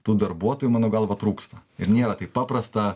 tų darbuotojų mano galva trūksta ir nėra taip paprasta